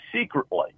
secretly